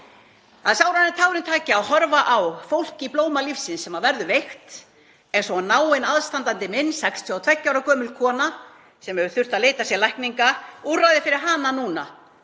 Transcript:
er sárara en tárum taki að horfa á fólk í blóma lífsins sem verður veikt eins og náinn aðstandanda minn, 62 ára gömul kona, sem hefur þurft að leita sér lækninga. Úrræði fyrir hana núna